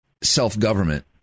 self-government